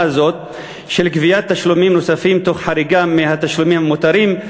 הזאת של גביית תשלומים נוספים תוך חריגה מהתשלומים המותרים.